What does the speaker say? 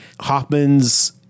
Hoffman's